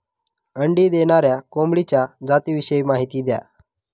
अंडी देणाऱ्या कोंबडीच्या जातिविषयी माहिती द्या